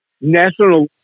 National